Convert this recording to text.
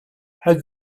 had